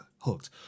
hooked